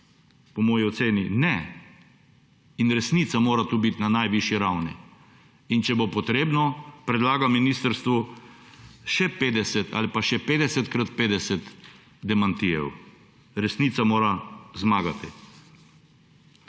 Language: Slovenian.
Po moji oceni ne in resnica mora tu biti na najvišji ravni. In če bo treba, predlagam ministrstvu še 50 ali pa še 50 krat 50 demantijev. Resnica mora zmagati.